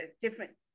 different